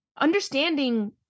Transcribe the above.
understanding